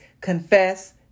confess